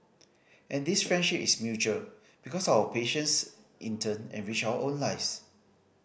and this friendship is mutual because our patients in turn enrich our own lives